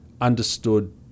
understood